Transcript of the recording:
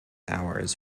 hours